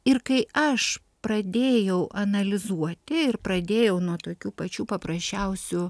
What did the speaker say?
ir kai aš pradėjau analizuoti ir pradėjau nuo tokių pačių paprasčiausių